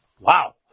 Wow